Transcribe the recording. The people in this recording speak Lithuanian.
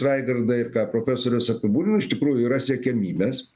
raigardai ir ką profesorius apibūdino iš tikrųjų yra siekiamybės